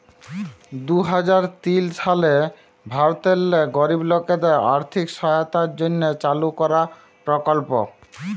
দু হাজার তিল সালে ভারতেল্লে গরিব লকদের আথ্থিক সহায়তার জ্যনহে চালু করা পরকল্প